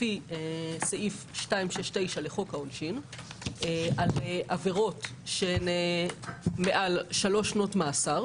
לפי סעיף 269 לחוק העונשין על עבירות של מעל 3 שנות מאסר